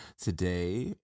today